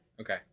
Okay